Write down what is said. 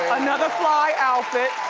another fly outfit.